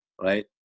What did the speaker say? right